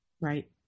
Right